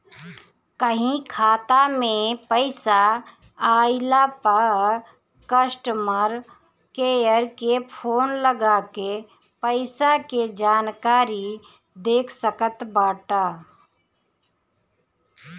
कहीं खाता में पईसा आइला पअ कस्टमर केयर के फोन लगा के पईसा के जानकारी देख सकत बाटअ